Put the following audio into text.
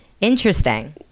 Interesting